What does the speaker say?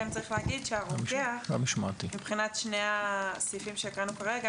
כן צריך להגיד שהרוקח מבחינת שני הסעיפים שהקראנו כרגע,